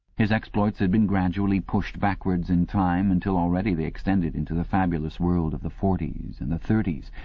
his exploits had been gradually pushed backwards in time until already they extended into the fabulous world of the forties and the thirties,